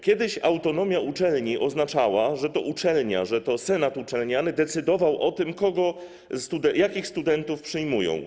Kiedyś autonomia uczelni oznaczała, że to uczelnia, senat uczelniany decydował o tym, kogo, jakich studentów przyjmują.